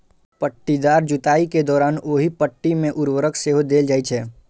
पट्टीदार जुताइ के दौरान ओहि पट्टी मे उर्वरक सेहो देल जाइ छै